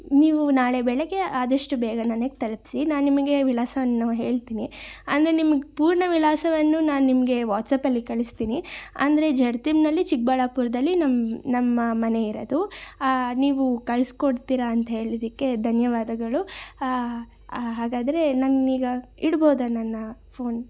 ನೀವು ನಾಳೆ ಬೆಳಗ್ಗೆ ಆದಷ್ಟು ಬೇಗ ನನಗೆ ತಲುಪಿಸಿ ನಾನು ನಿಮಗೆ ವಿಳಾಸವನ್ನು ಹೇಳ್ತೀನಿ ಅಂದರೆ ನಿಮಗೆ ಪೂರ್ಣ ವಿಳಾಸವನ್ನು ನಾನು ನಿಮಗೆ ವಾಟ್ಸಾಪಲ್ಲಿ ಕಳಿಸ್ತೀನಿ ಅಂದರೆ ಜಡಲತಿಮ್ನಳ್ಳಿ ಚಿಕ್ಕಬಳ್ಳಾಪುರದಲ್ಲಿ ನಮ್ಮ ನಮ್ಮ ಮನೆ ಇರೋದು ನೀವು ಕಳ್ಸ್ಕೊಡ್ತೀರ ಅಂತ ಹೇಳಿದ್ದಕ್ಕೆ ಧನ್ಯವಾದಗಳು ಹಾಗಾದರೆ ನಾನೀಗ ಇಡ್ಬೋದಾ ನನ್ನ ಫೋನ್